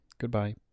Goodbye